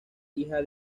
hija